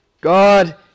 God